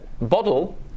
Bottle